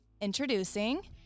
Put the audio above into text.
Introducing